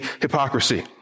hypocrisy